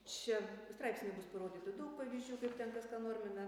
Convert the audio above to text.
čia straipsnyje bus parodytų daug pavyzdžių kaip ten kas ką normina